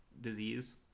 disease